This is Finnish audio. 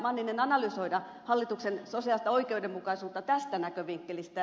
manninen analysoida hallituksen sosiaalista oikeudenmukaisuutta tästä näkövinkkelistä